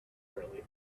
early